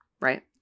right